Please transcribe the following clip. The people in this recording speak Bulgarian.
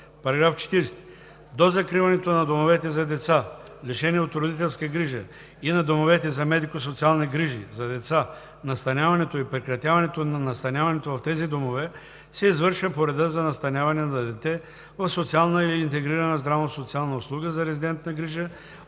§ 40: „§ 40. До закриването на домовете за деца, лишени от родителска грижа, и на домовете за медико-социални грижи за деца настаняването и прекратяването на настаняването в тези домове се извършва по реда за настаняване на дете в социална или интегрирана здравно-социална услуга за резидентна грижа,